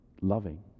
loving